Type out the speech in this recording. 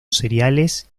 cereales